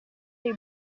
dei